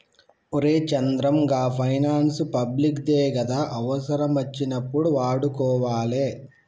ఒరే చంద్రం, గా finance public దే గదా, అవుసరమచ్చినప్పుడు వాడుకోవాలె